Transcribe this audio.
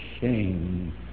shame